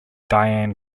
diane